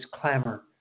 clamor